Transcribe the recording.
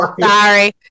sorry